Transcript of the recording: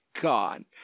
gone